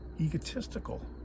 egotistical